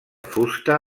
fusta